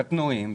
קטנועים,